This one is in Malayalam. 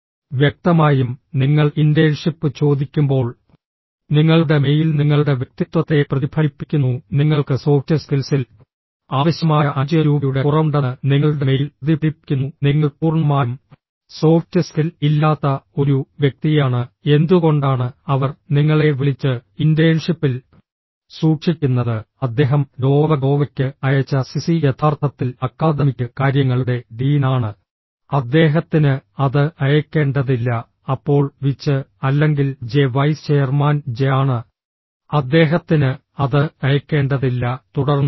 വ്യക്തമായും നിങ്ങൾ ഇന്റേൺഷിപ്പ് ചോദിക്കുമ്പോൾ നിങ്ങളുടെ മെയിൽ നിങ്ങളുടെ വ്യക്തിത്വത്തെ പ്രതിഫലിപ്പിക്കുന്നു നിങ്ങൾക്ക് സോഫ്റ്റ് സ്കിൽസിൽ ആവശ്യമായ അഞ്ച് രൂപയുടെ കുറവുണ്ടെന്ന് നിങ്ങളുടെ മെയിൽ പ്രതിഫലിപ്പിക്കുന്നു നിങ്ങൾ പൂർണ്ണമായും സോഫ്റ്റ് സ്കിൽ ഇല്ലാത്ത ഒരു വ്യക്തിയാണ് എന്തുകൊണ്ടാണ് അവർ നിങ്ങളെ വിളിച്ച് ഇന്റേൺഷിപ്പിൽ സൂക്ഷിക്കുന്നത് അദ്ദേഹം ഡോവ ഡോവയ്ക്ക് അയച്ച സിസി യഥാർത്ഥത്തിൽ അക്കാദമിക് കാര്യങ്ങളുടെ ഡീനാണ് അദ്ദേഹത്തിന് അത് അയയ്ക്കേണ്ടതില്ല അപ്പോൾ വിച്ച് അല്ലെങ്കിൽ ജെ വൈസ് ചെയർമാൻ ജെ ആണ് അദ്ദേഹത്തിന് അത് അയയ്ക്കേണ്ടതില്ല തുടർന്ന് ഐ